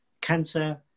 cancer